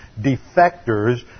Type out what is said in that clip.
defectors